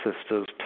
sisters